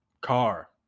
car